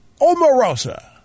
Omarosa